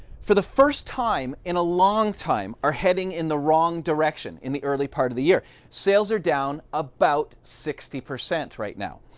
for the first time in a long time, are heading in the wrong direction in the early part of the year. sales are down about sixty percent right now.